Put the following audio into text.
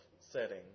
setting